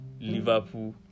Liverpool